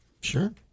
Sure